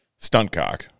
Stuntcock